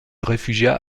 réfugia